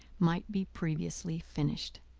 might be previously finished.